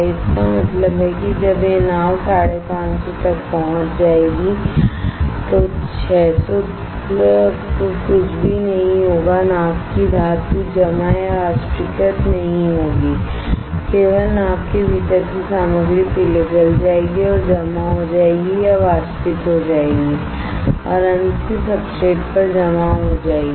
इसका मतलब है कि जब यह नाव 550 तक पहुंच जाएगी तो 600 कुछ भी नहीं होगा नाव की धातु जमा या वाष्पीकृत नहीं होगी केवल नाव के भीतर की सामग्री पिघल जाएगी और जमा हो जाएगी या वाष्पित हो जाएगी और अंत में सब्सट्रेट पर जमा हो जाएगी